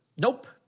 Nope